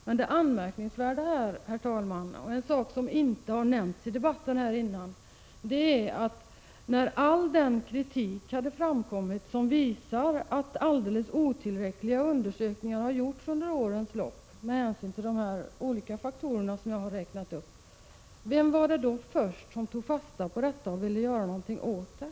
Men det anmärkningsvärda, herr talman, är något som inte har nämnts i debatten tidigare, nämligen att när all den kritik hade framkommit som visar att helt otillräckliga undersökningar har gjorts under årens lopp med hänsyn till de olika faktorer som jag har räknat upp, vem var det då som först tog fasta på detta och ville göra något åt det? Jo, det Prot.